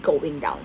going down